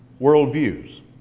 worldviews